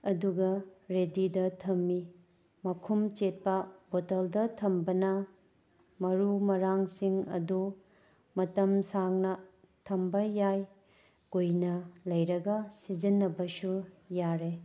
ꯑꯗꯨꯒ ꯔꯦꯗꯤꯗ ꯊꯝꯃꯤ ꯃꯈꯨꯝ ꯆꯦꯠꯄ ꯕꯣꯇꯜꯗ ꯊꯝꯕꯅ ꯃꯔꯨ ꯃꯔꯥꯡꯁꯤꯡ ꯑꯗꯨ ꯃꯇꯝ ꯁꯥꯡꯅ ꯊꯝꯕ ꯌꯥꯏ ꯀꯨꯏꯅ ꯂꯩꯔꯒ ꯁꯤꯖꯤꯟꯅꯕꯁꯨ ꯌꯥꯔꯦ